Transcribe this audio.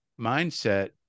mindset